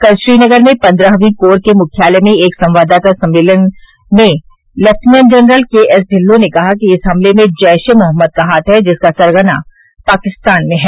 कल श्रीनगर में पन्द्रहवीं कोर के मुख्यालय में एक संवाददाता सम्मेलन में lieutenant general K S Dhillon ने कहा कि इस हमले में जैश ए मोहम्मद का हाथ है जिसका सरगना पाकिस्तान में है